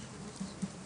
המדינה.